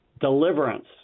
deliverance